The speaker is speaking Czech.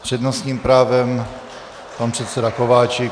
S přednostním právem pan předseda Kováčik.